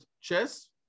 chess